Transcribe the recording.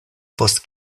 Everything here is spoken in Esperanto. post